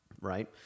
right